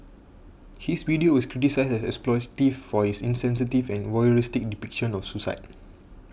his video was criticised as exploitative for his insensitive and voyeuristic depiction of suicide